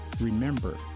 remember